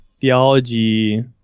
theology